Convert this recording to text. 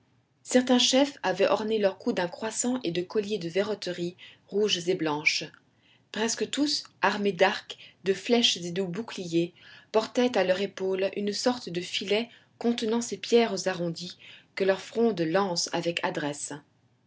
certains chefs avaient orné leur cou d'un croissant et de colliers de verroteries rouges et blanches presque tous armés d'arcs de flèches et de boucliers portaient à leur épaule une sorte de filet contenant ces pierres arrondies que leur fronde lance avec adresse